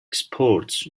exports